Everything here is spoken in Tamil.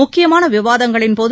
முக்கியமான விவாதங்களின்போது